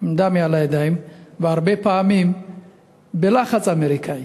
והרבה פעמים בלחץ אמריקני,